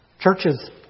churches